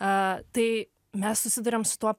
a tai mes susiduriam su tuo